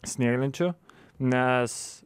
snieglenčių nes